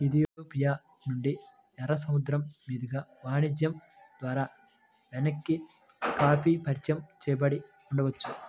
Ethiopia నుండి, ఎర్ర సముద్రం మీదుగా వాణిజ్యం ద్వారా ఎమెన్కి కాఫీ పరిచయం చేయబడి ఉండవచ్చు